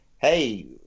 Hey